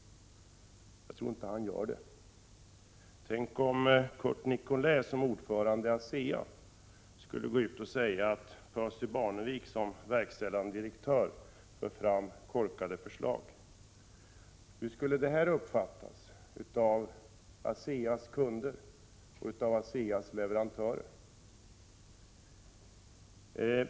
Jag tror inte att statsministern gör det. Och tänk om Curt Nicolin som ordförande i ASEA skulle gå ut och säga att Percy Barnevik som verkställande direktör för fram korkade förslag. Hur skulle det uppfattas av ASEA:s kunder och av ASEA:s leverantörer?